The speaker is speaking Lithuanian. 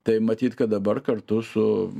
tai matyt kad dabar kartu su